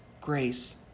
grace